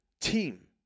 team